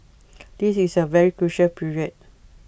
this is A very crucial period